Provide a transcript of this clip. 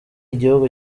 igihugu